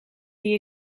die